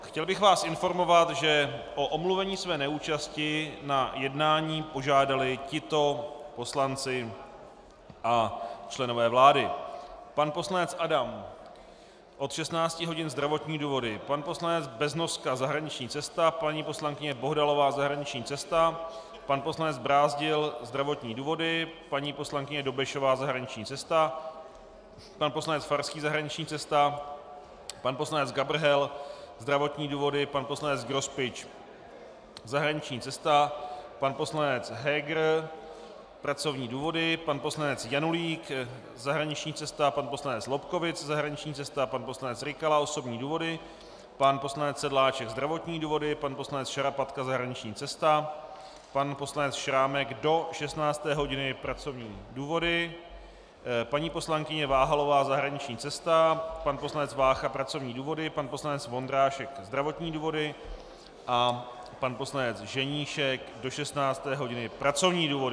Chtěl bych vás informovat, že o omluvení své neúčasti na jednání požádali tito poslanci a členové vlády: pan poslanec Adam od 16 hodin zdravotní důvody, pan poslanec Beznoska zahraniční cesta, paní poslankyně Bohdalová zahraniční cesta, pan poslanec Brázdil zdravotní důvody, paní poslankyně Dobešová zahraniční cesta, pan poslanec Farský zahraniční cesta, pan poslanec Gabrhel zdravotní důvody, pan poslanec Grospič zahraniční cesta, pan poslanec Heger pracovní důvody, pan poslanec Janulík zahraniční cesta, pan poslanec Lobkowicz zahraniční cesta, pan poslanec Rykala osobní důvody, pan poslanec Sedláček Jan zdravotní důvody, pan poslanec Šarapatka zahraniční cesta, pan poslanec Šrámek do 16 hodin pracovní důvody, paní poslankyně Váhalová zahraniční cesta, pan poslanec Vácha pracovní důvody, pan poslanec Vondrášek zdravotní důvody, pan poslanec Ženíšek do 16 hodin pracovní důvody.